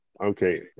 Okay